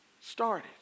started